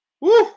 Woo